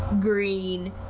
green